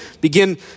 begin